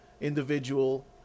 individual